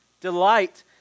delight